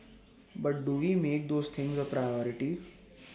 but do we make those things A priority